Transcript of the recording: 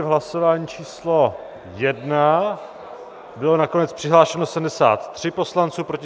Hlasování číslo 1, bylo nakonec přihlášeno 73 poslanců, pro 71.